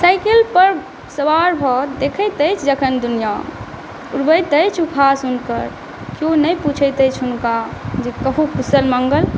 साइकिलपर सवार भऽ देखैत अछि जखन दुनिया उड़बैत अछि उपहास हुनकर केओ नहि पुछैत अछि हुनका जे कहू कुशल मंगल